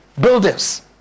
buildings